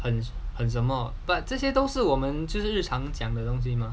很很什么 but 这些都是我们就是日常讲的东西 mah